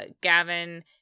gavin